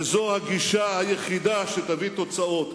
וזו הגישה היחידה שתביא תוצאות.